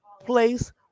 place